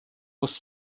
muss